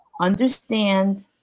Understand